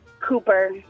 Cooper